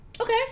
Okay